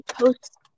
post